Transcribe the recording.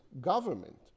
government